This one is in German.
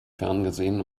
ferngesehen